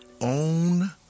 own